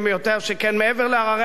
שכן מעבר להררי החושך